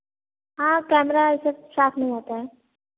हाँ कैमरा यह सब साफ़ नहीं होता है